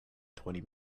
twenty